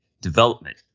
development